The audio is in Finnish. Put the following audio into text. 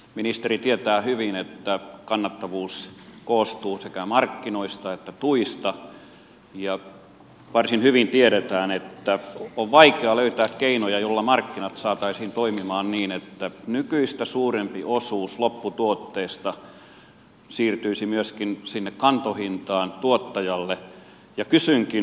ministeri tietää hyvin että kannattavuus koostuu sekä markkinoista että tuista ja varsin hyvin tiedetään että on vaikea löytää keinoja joilla markkinat saataisiin toimimaan niin että nykyistä suurempi osuus lopputuotteiden hinnasta siirtyisi myöskin sinne kantohintaan tuottajalle ja kysynkin